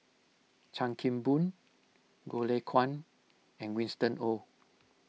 Chan Kim Boon Goh Lay Kuan and Winston Oh